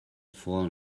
fallen